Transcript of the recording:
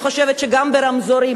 אני חושבת שגם כשעוצרים ברמזורים,